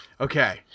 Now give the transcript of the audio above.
okay